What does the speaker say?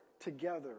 together